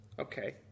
Okay